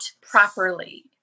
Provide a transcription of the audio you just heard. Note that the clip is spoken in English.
properly